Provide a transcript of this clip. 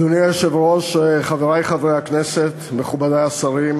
אדוני היושב-ראש, חברי חברי הכנסת, מכובדי השרים,